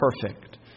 perfect